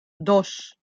dos